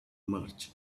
march